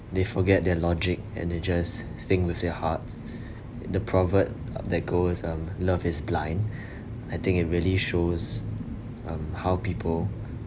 they forget their logic and they just think with their hearts the proverb that goes um love is blind I think it really shows um how people